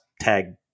tag